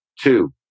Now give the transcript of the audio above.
Two